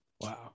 Wow